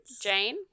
Jane